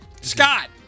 Scott